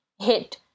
hit